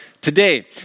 today